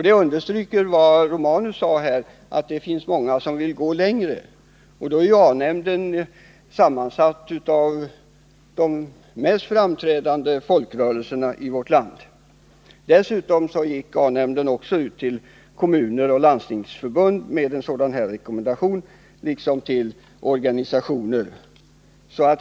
Det understryker vad Gabriel Romanus sade, att det finns många som vill gå längre. Dessutom gick A-nämnden ut med en sådan rekommendation till kommuner och landsting liksom till organisationer.